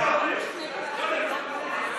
אין דוברים.